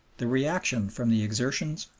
the reaction from the exertions,